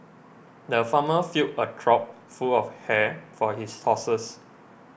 the farmer filled a trough full of hay for his horses